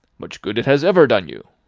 much good it has ever done you!